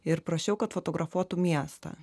ir prašiau kad fotografuotų miestą